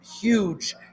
huge